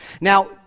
Now